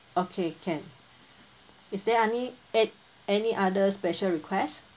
okay can is there any add any other special requests